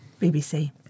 BBC